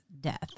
death